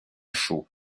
chaud